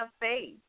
faith